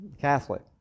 Catholic